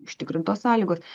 užtikrintos sąlygos